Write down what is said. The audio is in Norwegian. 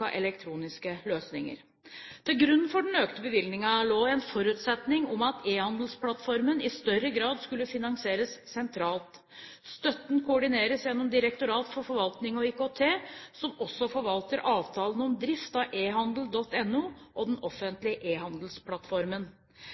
elektroniske løsninger. Til grunn for den økte bevilgningen lå en forutsetning om at Ehandelsplattformen i større grad skulle finansieres sentralt. Støtten koordineres gjennom Direktoratet for forvaltning og IKT, som forvalter avtalen om drift av Ehandel.no og den offentlige Ehandelsplattformen.